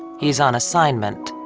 he's on assignment.